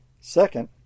Second